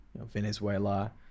Venezuela